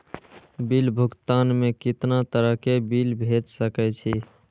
Bill भुगतान में कितना तरह के बिल भेज सके छी?